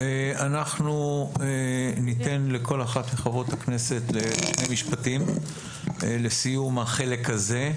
אנחנו ניתן לכל אחת מחברות הכנסת לומר שני משפטים לסיום החלק הזה.